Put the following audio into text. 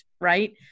Right